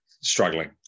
struggling